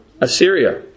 Assyria